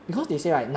!huh!